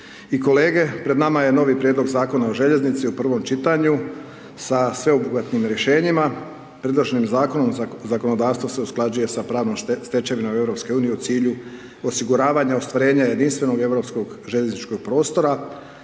kolege. Pred nama je novi Prijedlog zakona o željeznici u prvom čitanju sa sveobuhvatnim rješenjima, predloženim zakonom zakonodavstvo se usklađuje sa pravnom stečevinom EU u cilju osiguravanja ostvarenja jedinstvenog europskog željezničkog prostora